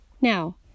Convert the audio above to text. Now